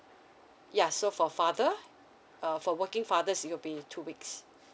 ya so for father uh for working fathers it'll be two weeks